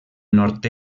nord